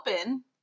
open